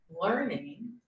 learning